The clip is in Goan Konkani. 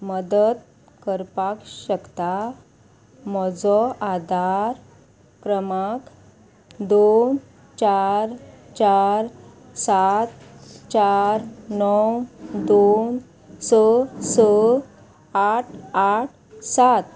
मदत करपाक शकता म्हजो आदार क्रमांक दोन चार चार सात चार णव दोन स स आठ आठ सात